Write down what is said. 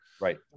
Right